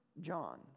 John